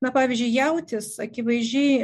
na pavyzdžiui jautis akivaizdžiai